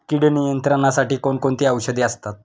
कीड नियंत्रणासाठी कोण कोणती औषधे असतात?